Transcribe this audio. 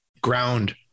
ground